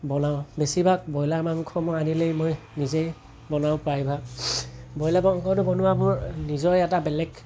বনাওঁ বেছিভাগ ব্ৰইলাৰ মাংস মই আনিলেই মই নিজেই বনাওঁ প্ৰায়ভাগ ব্ৰইলাৰ মাংসটো বনোৱা মোৰ নিজৰে এটা বেলেগ